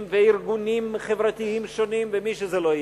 וארגונים חברתיים שונים ומי שזה לא יהיה.